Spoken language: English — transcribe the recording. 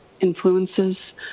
influences